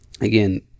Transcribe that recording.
again